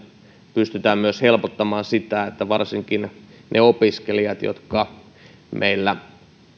pystytään myös helpottamaan sitä että varsinkin ne opiskelijat jotka meillä